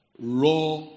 Raw